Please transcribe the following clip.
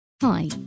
Hi